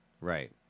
Right